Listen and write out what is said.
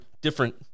different